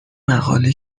مقاله